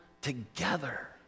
together